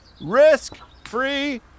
risk-free